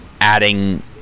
adding